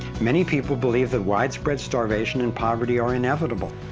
many people believe that widespread starvation and poverty are inevitable,